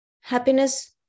Happiness